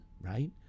right